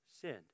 sinned